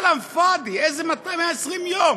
כלאם פאדי, איזה 120 יום?